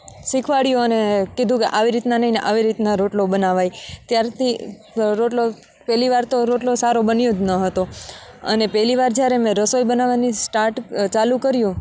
શીખવાડ્યું અને કીધું કે આવી રીતના નહીં ને આવી રીતના રોટલો બનાવાય ત્યારથી રોટલો પહેલીવાર તો રોટલો સારો બન્યો જ ન હતો અને પહેલી વાર જ્યારે મેં રસોઈ બનાવવાની સ્ટાર્ટ ચાલું કર્યું